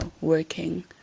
working